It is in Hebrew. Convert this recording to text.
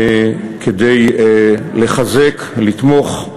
כדי לחזק, לתמוך,